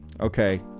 Okay